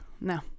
no